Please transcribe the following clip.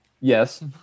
Yes